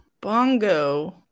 bongo